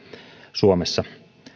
suomessa